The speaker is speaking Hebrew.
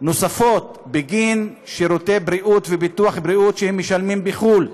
נוספות בגין שירותי בריאות וביטוח בריאות שהם משלמים בחו"ל.